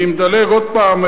אני מדלג עוד פעם,